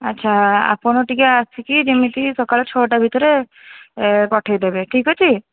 ଆଚ୍ଛା ଆପଣ ଟିକେ ଆସିକି ଯେମିତି ସକାଳ ଛଅଟା ଭିତରେ ଏ ପଠେଇ ଦେବେ ଠିକ୍ ଅଛି